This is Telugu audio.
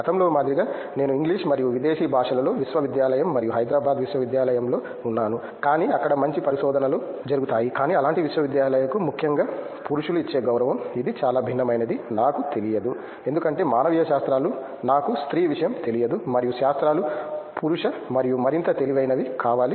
గతంలో మాదిరిగా నేను ఇంగ్లీష్ మరియు విదేశీ భాషలలో విశ్వవిద్యాలయం మరియు హైదరాబాద్ విశ్వవిద్యాలయంలో ఉన్నాను కానీ అక్కడ మంచి పరిశోధనలు జరుగుతాయి కానీ అలాంటి విశ్వవిద్యాలయాలకు ముఖ్యంగా పురుషులు ఇచ్చే గౌరవం ఇది చాలా భిన్నమైనదని నాకు తెలియదు ఎందుకంటే మానవీయ శాస్త్రాలు నాకు స్త్రీ విషయం తెలియదు మరియు శాస్త్రాలు పురుష మరియు మరింత తెలివైనవి కావాలి